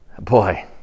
Boy